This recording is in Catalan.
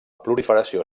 proliferació